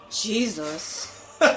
Jesus